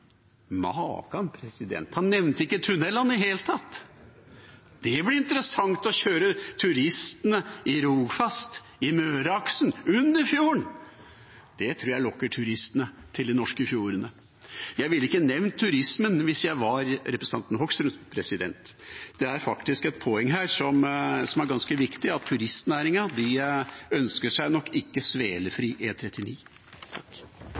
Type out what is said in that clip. Han nevnte ikke tunnelene i det hele tatt. Det blir interessant å kjøre turistene i Rogfast og i Møreaksen – under fjorden! Det tror jeg lokker turistene til de norske fjordene! Jeg ville ikke nevnt turismen hvis jeg var representanten Hoksrud. Det er faktisk et poeng her som er ganske viktig: Turistnæringa ønsker seg nok ikke